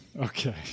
Okay